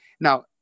Now